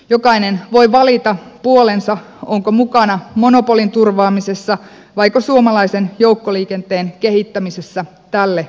jokainen voi valita puolensa onko mukana monopolin turvaamisessa vaiko suomalaisen joukkoliikenteen kehittämisessä tälle vuosituhannelle